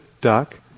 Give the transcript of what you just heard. duck